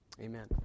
Amen